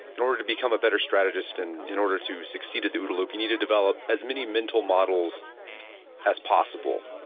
in order to become a better strategist and in order to succeed at the ooda loop, you need to develop as many mental models as possible,